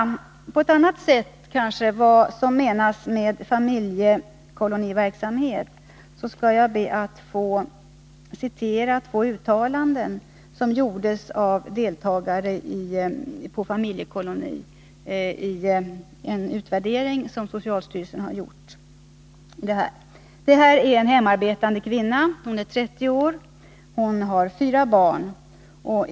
För att på annat sätt belysa vad som menas med familjekoloniverksamhet skall jag be att få citera två uttalanden som i en utvärdering av socialstyrelsen har gjorts av deltagare på en familjekoloni. Den första är en hemarbetande kvinna på 30 år som har fyra barn.